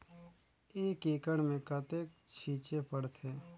एक एकड़ मे कतेक छीचे पड़थे?